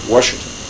Washington